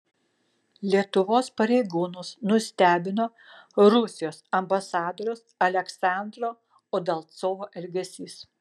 lietuvos pareigūnus nustebino rusijos ambasadoriaus aleksandro udalcovo elgesys